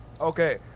Okay